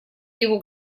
его